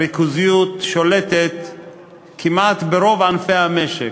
הריכוזיות שולטת כמעט ברוב ענפי המשק,